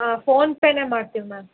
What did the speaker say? ಹಾಂ ಫೋನ್ಪೇನೆ ಮಾಡ್ತೀವಿ ಮ್ಯಾಮ್